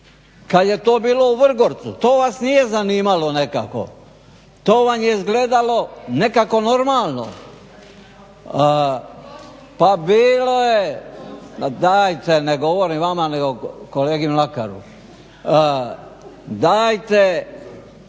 kad je to bilo u Vrgorcu, to vas nije zanimalo nekako. To vam je izgledalo nekako normalno. … /Upadica se ne razumije./… Pa bilo je, ma dajte ne govorim vama nego kolegi Mlakaru. Dajte